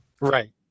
Right